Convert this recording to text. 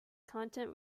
content